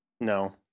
No